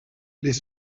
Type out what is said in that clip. les